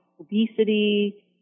obesity